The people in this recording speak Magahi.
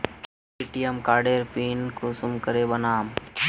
ए.टी.एम कार्डेर पिन कुंसम के बनाम?